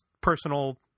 personal